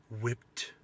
whipped